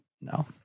no